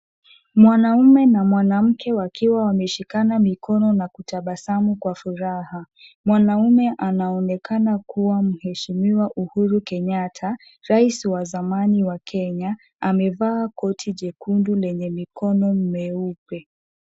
Mwanamume na mwanamke wakiwa wameshikana mikono na kutabasamu kwa furaha. Mwanamume anaonekana kuwa Mheshimiwa Uhuru Kenyatta, rais wa zamani wa Kenya, amevaa koti jekundu lenye mikono meupe.